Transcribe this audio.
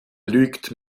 lügt